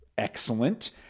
Excellent